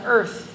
Earth